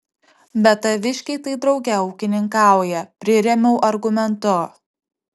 bet taviškiai tai drauge ūkininkauja prirėmiau argumentu